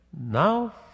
now